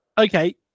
Okay